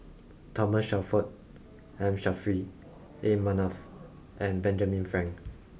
Thomas Shelford M Saffri A Manaf and Benjamin Frank